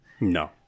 No